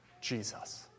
Jesus